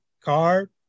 card